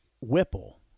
Whipple